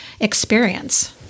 experience